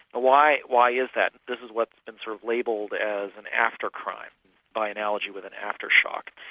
why why is that? this is what's been sort of labelled as an after-crime by analogy with an after-shock.